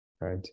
right